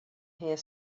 here